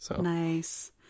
Nice